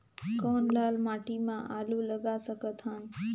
कौन लाल माटी म आलू लगा सकत हन?